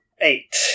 Eight